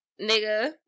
Nigga